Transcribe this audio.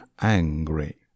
Angry